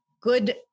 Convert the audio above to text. Good